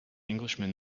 englishman